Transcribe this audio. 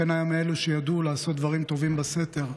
חן היה מאלו שידעו לעשות דברים טובים בסתר,